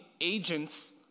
agents